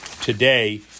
today